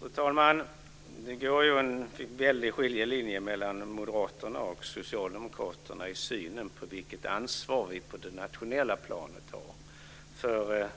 Fru talman! Det går en tydlig skiljelinje mellan Moderaterna och Socialdemokraterna i synen på vilket ansvar vi har på det nationella planet för